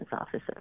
officer